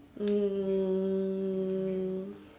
um